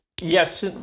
yes